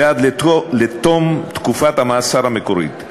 ועד לתום תקופת המאסר המקורית.